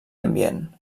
ambient